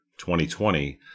2020